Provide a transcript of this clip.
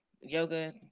yoga